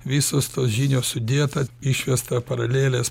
visos tos žinios sudėta išvesta paralelės